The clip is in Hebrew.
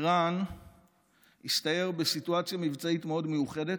ארן הסתער בסיטואציה מבצעית מאוד מיוחדת,